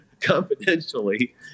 confidentially